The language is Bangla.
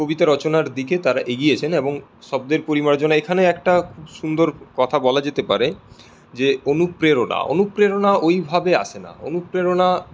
কবিতা রচনার দিকে তারা এগিয়েছেন এবং শব্দের পরিমার্জনা এখানে একটা সুন্দর কথা বলা যেতে পারে যে অনুপ্রেরণা অনুপ্রেরণা ওই ভাবে আসে না অনুপ্রেরণা